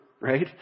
right